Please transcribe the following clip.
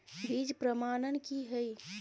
बीज प्रमाणन की हैय?